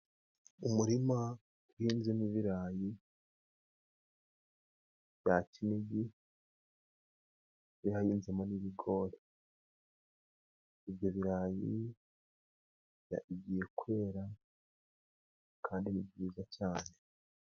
Umurima uhinzemo ibirayi bya Kinigi, hari hahinzemo n'ibigori. Ibyo birayi bigiye kwera kandi ni byiza cyane.